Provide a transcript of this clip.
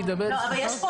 גם בתוך זה,